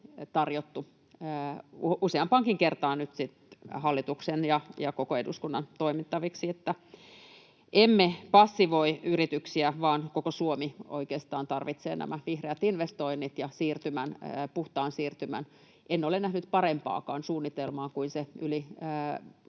tarjottu useampaankin kertaan nyt sitten hallituksen ja koko eduskunnan toimitettavaksi. Emme passivoi yrityksiä, vaan koko Suomi oikeastaan tarvitsee nämä vihreät investoinnit ja puhtaan siirtymän. En ole nähnyt parempaakaan suunnitelmaa kuin se yli